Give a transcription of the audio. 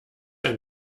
ein